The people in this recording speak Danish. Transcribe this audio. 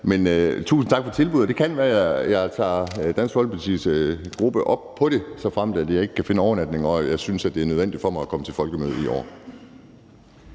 Men tusind tak for tilbuddet. Det kan være, at jeg holder Dansk Folkepartis gruppe op på det, såfremt jeg ikke kan finde overnatning og synes, at det er nødvendigt for mig at komme på Folkemødet i år.